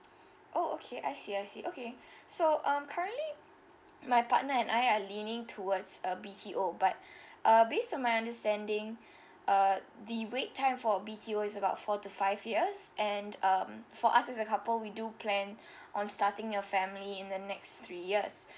oh okay I see I see okay so um currently my partner and I are leaning towards a B_T_O but uh based on my understanding uh the wait time for a B_T_O is about four to five years and um for us as a couple we do plan on starting a family in the next three years